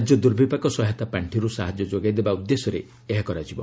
ରାଜ୍ୟ ଦୁର୍ବିପାକ ସହାୟତା ପାର୍ଷିରୁ ସାହାଯ୍ୟ ଯୋଗାଇ ଦେବା ଉଦ୍ଦେଶ୍ୟରେ ଏହା କରାଯିବ